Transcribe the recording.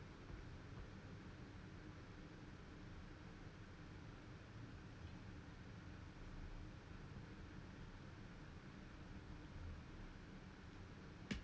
okay